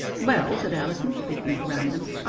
well, said allison, speaking at random,